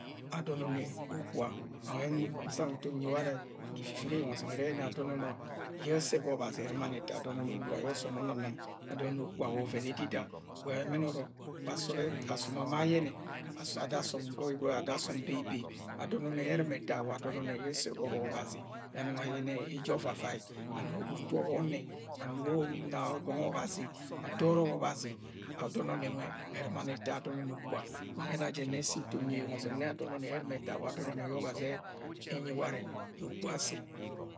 Adọn ọnnẹ ma ukpuga wa nwẹ nsang nton nyi wangẹ. Ga iviviri eyeng ọzẹng, ẹrẹ adọn ọnnẹ yẹ ẹsẹ ga Ọbazi ẹr̵imani ẹta adọn onnẹ ukpuga yẹ ọsọm unun̵im. Adọn ọnnẹ ukpuga wa ọvẹn idida. Wa emẹn ọrọk, ma asọm ama ayẹnẹ ada asọm gọigoi ada asom beibei Adọn ọnnẹ yẹ ẹrẹ ẹr̵ima ẹta wa adọn ọnnẹ yẹ ẹsẹ ga Ọbazi yẹ anọng ayẹn ẹ eje ọvavai, anugo utu ọnnẹ, anugo na gwang Ọbazi, ato ọrọbo Ọbazi. Adọn ọnnẹ nwẹ ẹr̵ima eta adọn ọnnẹ ukpuga. Wa nwẹ ẹna jẹ nnẹ se nton nyi eyeng ọzẹng nẹ adọn yẹ ẹr̵ima ni ẹta wa adọn ọnnẹ yẹ Ọbazi unyi warẹ yẹ ukpuga asi.